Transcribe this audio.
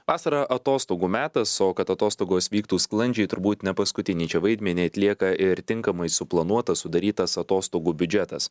vasara atostogų metas o kad atostogos vyktų sklandžiai turbūt ne paskutinį čia vaidmenį atlieka ir tinkamai suplanuotas sudarytas atostogų biudžetas